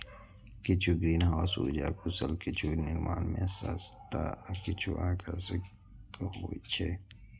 किछु ग्रीनहाउस उर्जा कुशल, किछु निर्माण मे सस्ता आ किछु आकर्षक होइ छै